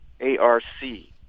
A-R-C